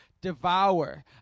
devour